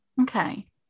okay